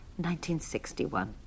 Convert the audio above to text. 1961